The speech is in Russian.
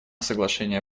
соглашения